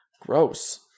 Gross